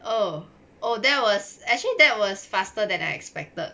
oh oh that was actually that was faster than I expected